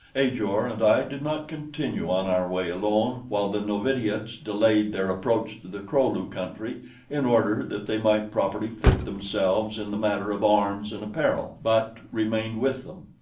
ajor and i did not continue on our way alone while the novitiates delayed their approach to the kro-lu country in order that they might properly fit themselves in the matter of arms and apparel, but remained with them.